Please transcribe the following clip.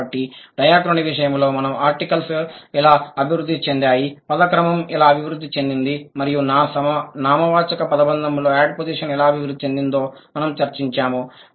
కాబట్టి డయాక్రోనీ విషయంలో మనము ఆర్టికల్స్ ఎలా అభివృద్ధి చెందాయి పద క్రమం ఎలా అభివృద్ధి చెందింది మరియు నామవాచక పదబంధాలలో యాడ్పొజిషన్ ఎలా అభివృద్ధి చెందిందో మనము చర్చించాము